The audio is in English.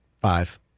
five